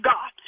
God